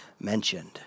mentioned